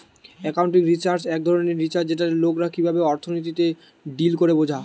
accounting research এক ধরণের research যেটাতে লোকরা কিভাবে অর্থনীতিতে ডিল করে বোঝা